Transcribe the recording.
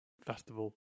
Festival